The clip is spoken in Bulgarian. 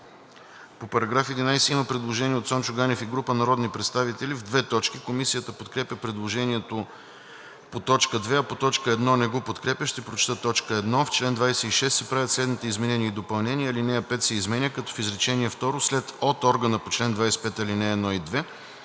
По § 11 има предложение от Цончо Ганев и група народни представители в две точки. Комисията подкрепя предложението по т. 2, а по т. 1 не го подкрепя. Ще прочета т. 1: „В чл. 26 се правят следните изменения и допълнения: 1. Алинея 5 се изменя, като в изречение второ след „от органа по чл. 25, ал. 1 или